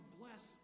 bless